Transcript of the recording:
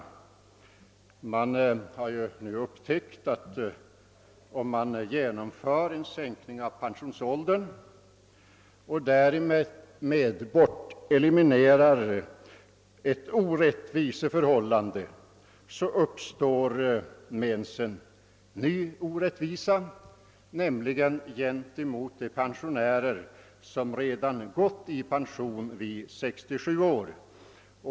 Reservanterna har nu upptäckt att om man genomför en sänkning av pensionsåldern och därmed eliminerar ett orättvist förhållande, uppkommer en ny orättvisa nämligen gentemot de pensionärer som redan gått i pension vid 67 år.